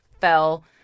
fell